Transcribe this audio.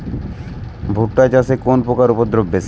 ভুট্টা চাষে কোন পোকার উপদ্রব বেশি?